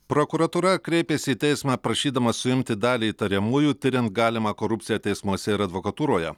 prokuratūra kreipėsi į teismą prašydama suimti dalį įtariamųjų tiriant galimą korupciją teismuose ir advokatūroje